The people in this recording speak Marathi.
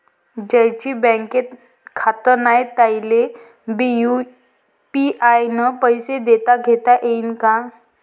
ज्याईचं बँकेत खातं नाय त्याईले बी यू.पी.आय न पैसे देताघेता येईन काय?